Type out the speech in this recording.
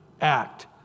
act